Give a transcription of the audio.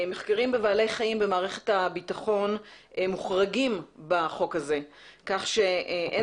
מחקרים בבעלי חיים במערכת הביטחון מוחרגים בחוק הזה כך שאין